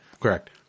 Correct